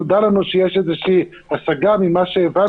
נודע לנו שיש איזושהי השגה ממה שהבנו.